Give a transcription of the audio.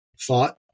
thought